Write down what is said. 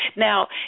Now